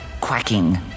quacking